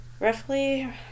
Roughly